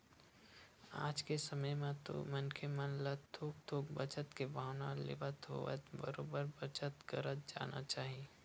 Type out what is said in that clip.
आज के समे म तो मनखे मन ल थोक थोक बचत के भावना लेवत होवय बरोबर बचत करत जाना चाही